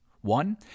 One